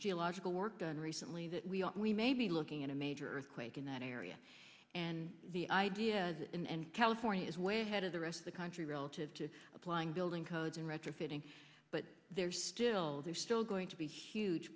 geological work done recently that we are we may be looking at a major earthquake in that area and the idea is in and california is way ahead of the rest of the country relative to applying building codes and retrofitting but they're still they're still going to be huge